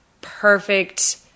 perfect